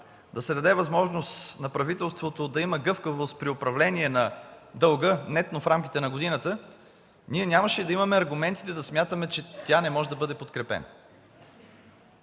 да се даде възможност на правителството да има гъвкавост при управление на дълга нетно в рамките на годината, ние нямаше да имаме аргументите да смятаме, че тя не може да бъде подкрепена.